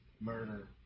Murder